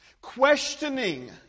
Questioning